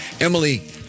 Emily